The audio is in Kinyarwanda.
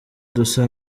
dusa